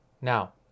Now